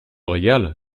régale